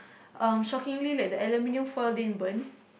um shockingly like the aluminium foil didn't burn